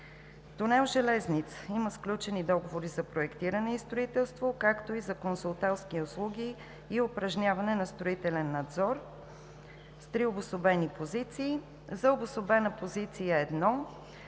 Тунел „Железница“ – има сключени договори за проектиране и строителство, както и за консултантски услуги и упражняване на строителен надзор с три обособени позиции. За обособена позиция 1,